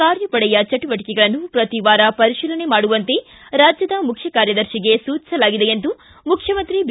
ಕಾರ್ಯಪಡೆಯ ಚಟುವಟಿಕೆಗಳನ್ನು ಪ್ರತಿ ವಾರ ಪರಿಶೀಲನೆ ಮಾಡುವಂತೆ ರಾಜ್ಯದ ಮುಖ್ಯ ಕಾರ್ಯದರ್ತಿಗೆ ಸೂಚಿಸಲಾಗಿದೆ ಎಂದು ಮುಖ್ಯಮಂತ್ರಿ ಬಿ